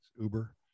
Uber